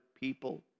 people